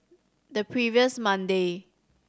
the previous Monday